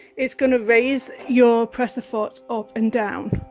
it's gonna raise your presser foot up and down